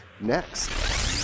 next